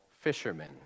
fishermen